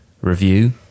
review